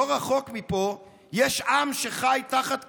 לא רחוק מפה יש עם שחי תחת כיבוש,